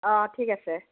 অঁ ঠিক আছে